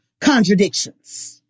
contradictions